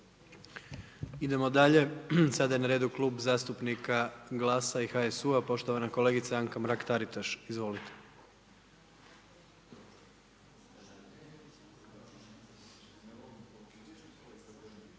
Idemo dalje. Sada je na redu Klub zastupnika GLAS-a i HSU-a, poštovana kolegica Anka Mrak-Taritaš. **Mrak-Taritaš,